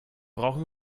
brauchen